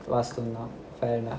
கஷ்டம் தான்:kastam than fair enough